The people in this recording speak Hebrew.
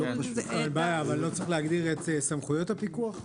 לא צריך להגדיר סמכויות הפיקוח?